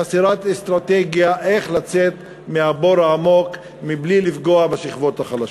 חסרת אסטרטגיה איך לצאת מהבור העמוק בלי לפגוע בשכבות החלשות.